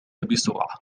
بسرعة